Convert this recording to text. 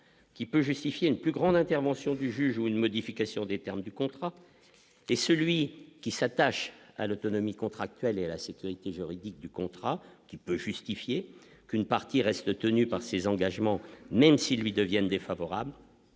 qui peut justifier une plus grande intervention du juge ou une modification des termes du contrat et celui qui s'attache à l'autonomie contractuelle et à la sécurité juridique du contrat qui peut justifier qu'une partie reste tenu par ses engagements même si lui deviennent défavorables,